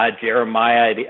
Jeremiah